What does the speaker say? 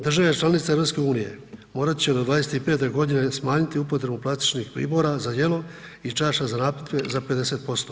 Državne članice EU, morat će do 25. g. smanjiti upotrebu plastičnih pribora za jelo i časa za napitke za 50%